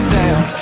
down